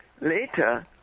later